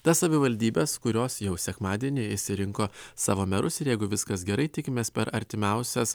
tas savivaldybes kurios jau sekmadienį išsirinko savo merus ir jeigu viskas gerai tikimės per artimiausias